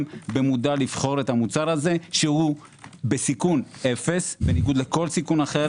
במדע לבחור את המוצר הזה שהוא בסיכון 0 בניגוד לכל סיכון אחר,